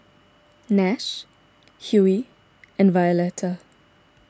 Nash Hughey and Violeta